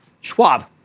Schwab